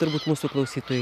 turbūt mūsų klausytojai